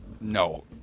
No